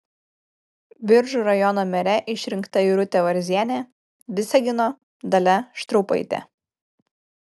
biržų rajono mere išrinkta irutė varzienė visagino dalia štraupaitė